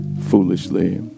foolishly